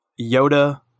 Yoda